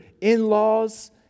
in-laws